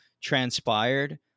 transpired